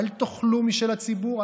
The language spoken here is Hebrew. אל תאכלו משל הציבור,